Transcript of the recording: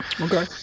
Okay